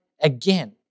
again